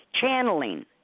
channeling